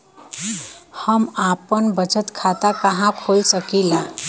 हम आपन बचत खाता कहा खोल सकीला?